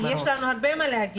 כי יש לנו עוד הרבה מה להגיד.